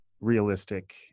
realistic